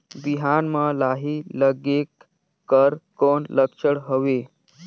बिहान म लाही लगेक कर कौन लक्षण हवे?